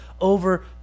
over